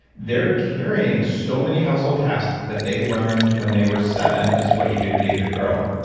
they're carrying so many household tasks that they learned when they were seven, is what you do to be a good girl,